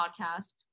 podcast